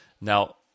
Now